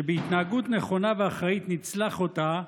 שבהתנהגות נכונה ואחראית נצלח אותה,